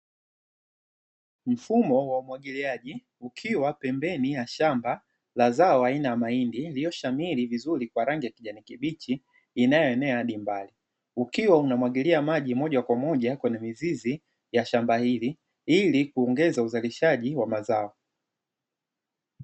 Mfumo wa umwagiliaji ukiwa pembeni ya shamba, mazao aina ya mahindi yaliyoshamiri vizuri kwa rangi ya kijani kibichi ikiwa una mwagilia maji moja Kwa moja kwenye mizizi ya shamba hili ilikuongeza uzalishaji wa mazao.